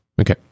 Okay